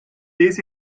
dies